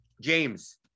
James